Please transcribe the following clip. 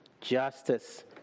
justice